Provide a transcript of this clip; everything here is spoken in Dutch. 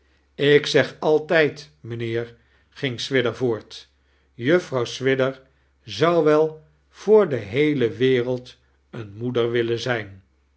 ik zeg altijd mijnheer ging swidger voort juffrouw swidger zou wel voor de heele wereld eene moeder willen zijn